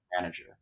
manager